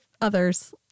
others